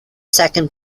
second